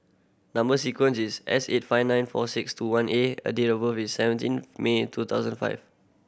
number sequence is S eight five nine four six two one A a date of birth is seventeen May two thousand five